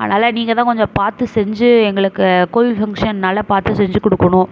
அதனால் நீங்கள் தான் கொஞ்சம் பார்த்து செஞ்சு எங்களுக்கு கோவில் ஃபங்க்ஷன்னால் பார்த்து செஞ்சு கொடுக்கணும்